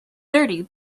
dirty